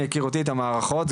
מהיכרותי את המערכות,